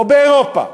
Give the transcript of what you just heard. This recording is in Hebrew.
או לאירופה.